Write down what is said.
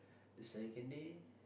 the second day